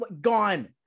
gone